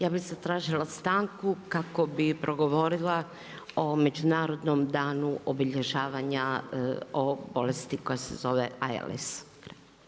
Ja bih zatražila stanku kako bih progovorila o međunarodnom danu obilježavanja o bolesti koja se zove ALS.